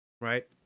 right